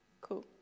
cool